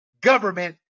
government